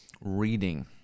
Reading